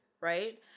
Right